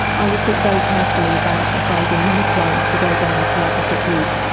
i would think very carefully about advising my clients to go down the collaborative route.